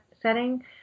setting